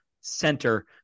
center